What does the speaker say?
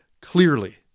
clearly